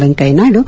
Venkaiah Naidu